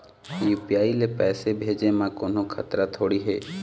UPI ले पैसे भेजे म कोन्हो खतरा थोड़ी हे?